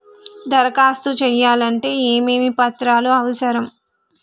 దరఖాస్తు చేయాలంటే ఏమేమి పత్రాలు అవసరం?